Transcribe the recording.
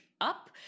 up